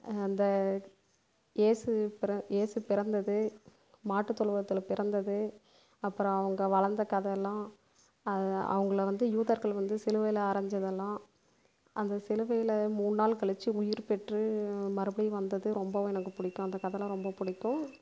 அந்த ஏசு பிறந்த ஏசு பிறந்தது மாட்டு தொழுவத்தில் பிறந்தது அப்புறம் அவங்க வளர் ந்த கதையெல்லாம் அதை அவர்கள வந்து யூதர்கள் வந்து சிலுவையில் அரஞ்சுதெல்லாம் அந்த சிலுவையில் மூணு நாள் கழித்து உயிர் பெற்று மறுபடியும் வந்தது ரொம்பவும் எனக்கு பிடிக்கும் அந்த கதையெல்லாம் ரொம்பவும் பிடிக்கும்